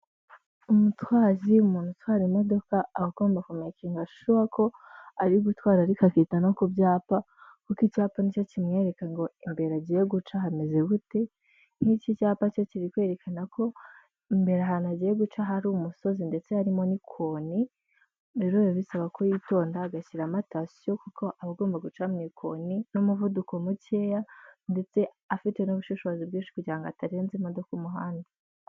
Umutwazi umuntu utwara imodoka aba agomba kumekegashuwa ko ari gutwara ariko akita no ku byapa kuko icyapa nicyo kimwereka ngo imbere agiye guca hameze gute nk'iki cyapa cyo kiri kwerekana ko imbere ahantu agiye guca hari umusozi ndetse harimo n'ikoni rero biba bisaba ko yitonda agashyira amatation kuko abagomba guca mu ikoni n'umuvuduko mukeya ndetse afite n'ubushishozi bwinshi kugirango atarenza imodoka umuhanda.